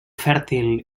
fèrtil